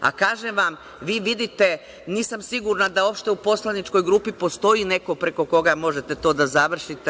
A kažem vam, vi vidite, nisam sigurna da uopšte u poslaničkoj grupi postoji neko preko koga možete to da završite.